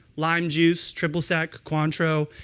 lime juice, triple sec, cuantro.